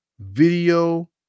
video